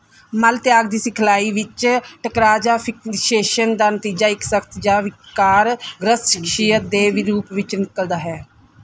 ਮਲ ਤਿਆਗ ਦੀ ਸਿਖਲਾਈ ਵਿੱਚ ਟਕਰਾਅ ਜਾਂ ਫਿਕਸੇਸ਼ਨ ਦਾ ਨਤੀਜਾ ਇੱਕ ਸਖਤ ਜਾਂ ਵਿਕਾਰ ਗ੍ਰਸਤ ਸ਼ਖਸੀਅਤ ਦੇ ਵੀ ਰੂਪ ਵਿੱਚ ਨਿਕਲਦਾ ਹੈ